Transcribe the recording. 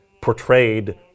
portrayed